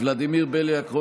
ולדימיר בליאק,